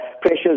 pressures